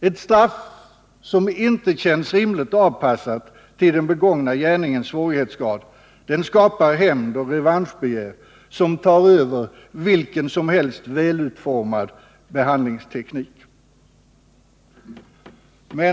Ett straff som inte känns rimligt avpassat till den begångna gärningens svårighetsgrad skapar hämndoch revanschbegär, som tar över vilken välutformad behandlingsteknik som helst.